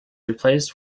replaced